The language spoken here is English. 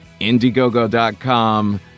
Indiegogo.com